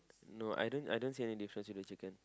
no I don't I don't see any difference in the chicken